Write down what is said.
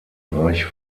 reich